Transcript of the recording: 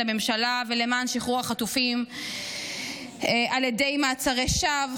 הממשלה ולמען שחרור החטופים על ידי מעצרי שווא,